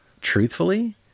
Truthfully